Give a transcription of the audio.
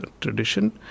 tradition